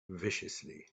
viciously